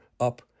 Up